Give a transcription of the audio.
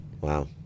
Wow